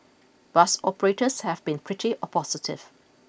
bus operators have been pretty positive